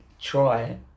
try